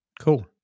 Cool